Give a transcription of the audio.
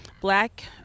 black